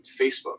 Facebook